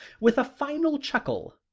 with a final chuckle,